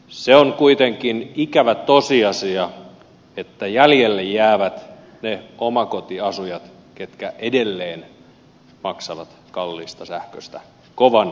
se on kuitenkin ikävä tosiasia että jäljelle jäävät ne omakotiasujat jotka edelleen maksavat kalliista sähköstä kovan hinnan